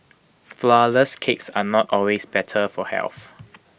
Flourless Cakes are not always better for health